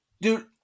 Dude